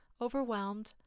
overwhelmed